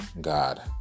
God